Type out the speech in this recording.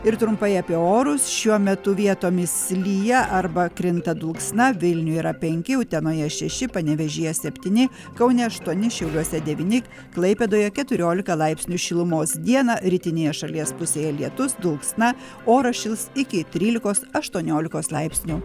ir trumpai apie orus šiuo metu vietomis lyja arba krinta dulksna vilniuj yra penki utenoje šeši panevėžyje septyni kaune aštuoni šiauliuose devyni klaipėdoje keturiolika laipsnių šilumos dieną rytinėje šalies pusėje lietus dulksna oras šils iki trylikos aštuoniolikos laipsnių